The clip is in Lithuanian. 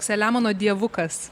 selemono dievukas